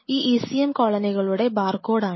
ഈ ECM കോളനികളുടെ ബാർകോഡാണ്